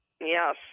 Yes